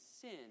sin